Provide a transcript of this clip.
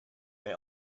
may